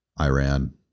Iran